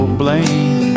blame